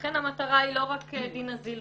ולכן המטרה היא לא רק דינה זילבר,